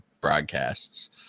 broadcasts